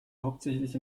hauptsächlich